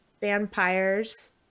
vampires